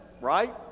right